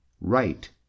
right